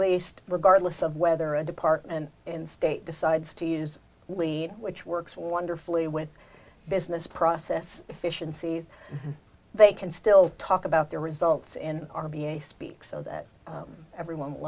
least regardless of whether a department in state decides to use which works wonderfully with business process efficiencies they can still talk about their results and r b a speak so that everyone will